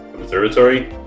Observatory